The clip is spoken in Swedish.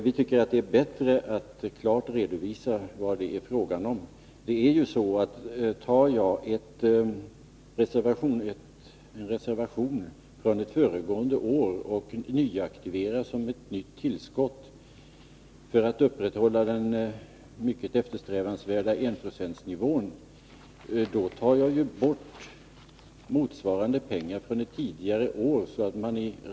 Vi tycker att det är bättre att klart redovisa vad det är fråga om. Det är ju så, att tar man i anspråk en reservation från ett föregående år och nyaktiverar den som ett tillskott för att upprätthålla den mycket eftersträvansvärda enprocentsnivån, så tar man bort motsvarande pengar som avser ett tidigare år.